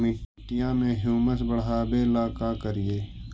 मिट्टियां में ह्यूमस बढ़ाबेला का करिए?